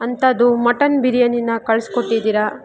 ಅಂಥದು ಮಟನ್ ಬಿರಿಯಾನಿನಾ ಕಳಿಸ್ಕೊಟ್ಟಿದ್ದೀರಾ